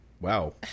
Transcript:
Wow